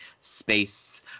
space